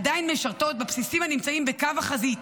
עדיין משרתות בבסיסים הנמצאים בקו החזית,